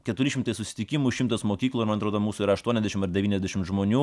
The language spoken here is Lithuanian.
keturi šimtai susitikimų šimtas mokyklų ir man atrodo mūsų yra aštuoniasdešim devyniasdešim žmonių